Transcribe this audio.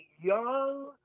young